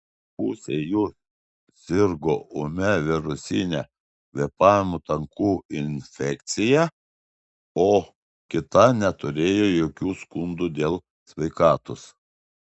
pusė jų sirgo ūmia virusine kvėpavimo takų infekcija o kita neturėjo jokių skundų dėl sveikatos